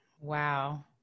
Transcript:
Wow